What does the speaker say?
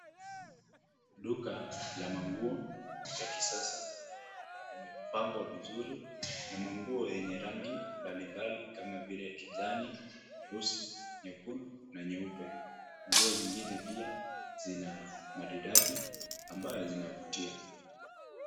Duka ya manguo ya kisasa imepangwa vizuri, na manguo yenye rangi mbali mbali kama vile kijani, nyeusi, nyekundu na nyeupe. Nguo zingine pia zina maridadi ambazo zinavutia.